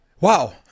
wow